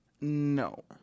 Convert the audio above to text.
No